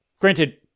granted